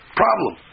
problem